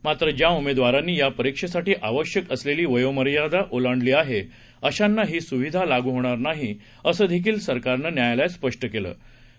मात्रज्याउमेदवारांनीयापरीक्षेसाठीआवश्यकअसलेलीवयोमार्यादाओलांडलीआहे अशांनाहीसुविधालागूहोणारनाही असेदेखीलसरकारनंन्यायालयातस्पष्टंकेलंआहे